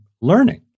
learning